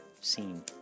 scene